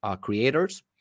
creators